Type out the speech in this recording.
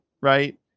right